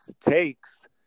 takes